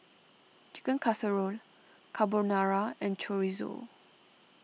Chicken Casserole Carbonara and Chorizo